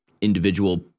individual